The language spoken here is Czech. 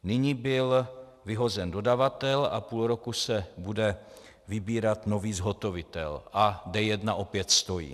Nyní byl vyhozen dodavatel a půl roku se bude vybírat nový zhotovitel a D1 opět stojí.